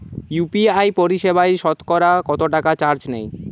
UPI পরিসেবায় সতকরা কতটাকা চার্জ নেয়?